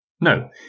No